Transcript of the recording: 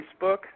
Facebook